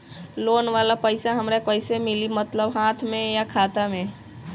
Loan वाला पैसा हमरा कइसे मिली मतलब हाथ में या खाता में?